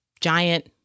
giant